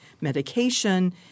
medication